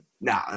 No